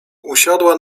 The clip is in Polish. usiadła